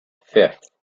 fifth